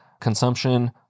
consumption